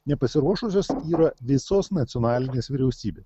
nepasiruošusios yra visos nacionalinės vyriausybės